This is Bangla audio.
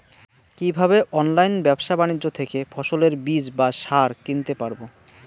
কীভাবে অনলাইন ব্যাবসা বাণিজ্য থেকে ফসলের বীজ বা সার কিনতে পারবো?